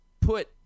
put